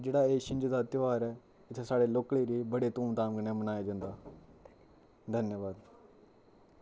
जेह्ड़ा एह् छिंज दा त्यौहार ऐ इत्थै साढ़े लोकल एरिए च बड़े धूम धाम कन्नै मनाया जंदा धन्यवाद